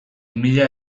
mila